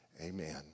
amen